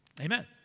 amen